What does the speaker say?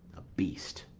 a beast,